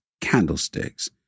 candlesticks